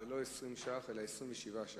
זה לא 20 שקלים אלא 27 שקלים.